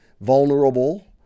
vulnerable